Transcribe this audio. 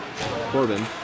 Corbin